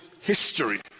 history